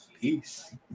Peace